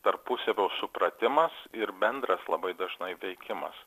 tarpusavio supratimas ir bendras labai dažnai veikimas